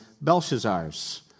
Belshazzar's